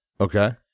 okay